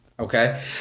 Okay